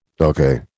okay